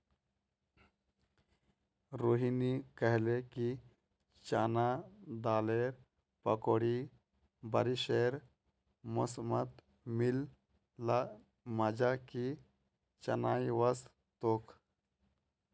रोहिनी कहले कि चना दालेर पकौड़ी बारिशेर मौसमत मिल ल मजा कि चनई वस तोक